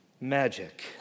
magic